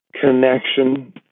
connection